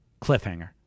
Cliffhanger